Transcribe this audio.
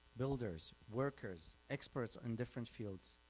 builders, workers, experts in different fields,